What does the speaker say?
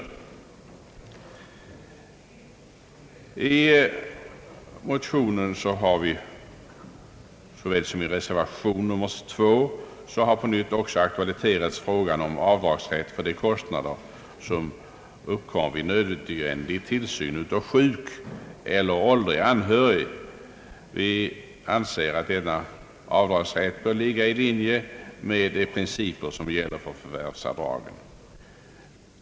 Såväl i motionerna som i reservation 2 har på nytt aktualiserats frågan om avdragsrätt för de kostnader som uppkommer vid nödvändig tillsyn av sjuk eller åldrig anhörig. Vi anser att denna avdragsrätt bör ligga i linje med de principer som gäller för förvärvsavdraget.